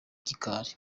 gikari